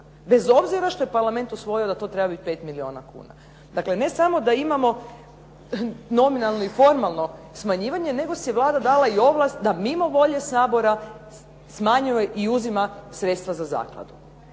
bez obzira što je Parlament usvojio da to treba biti 5 milijuna kuna. Dakle, ne samo da imamo nominalno i formalno smanjivanje, nego si je Vlada dala i ovlast da mimo volje Sabora smanjuje i uzima sredstva za zakladu.